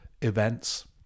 events